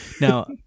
Now